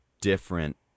different